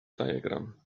diagram